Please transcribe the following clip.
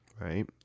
right